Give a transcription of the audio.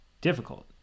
difficult